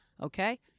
Okay